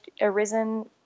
arisen